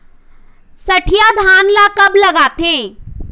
सठिया धान ला कब लगाथें?